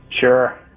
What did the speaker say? Sure